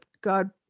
God